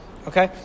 Okay